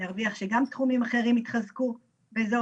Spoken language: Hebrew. אנחנו נרוויח שגם תחומים אחרים יתחזקו באזור